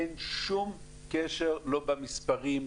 אין שום קשר לא במספרים,